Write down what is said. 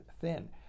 thin